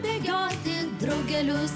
bėgioti draugelius